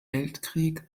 weltkrieg